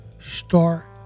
Start